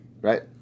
Right